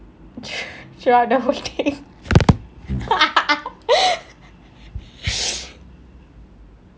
throughout the whole thing